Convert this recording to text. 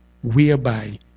whereby